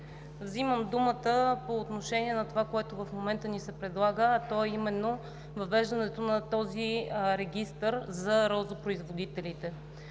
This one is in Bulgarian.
Вземам думата по отношение на това, което в момента ни се предлага, а то е именно въвеждането на този регистър за розопроизводителите.